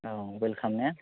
औ वेलखाम ने